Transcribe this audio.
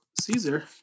Caesar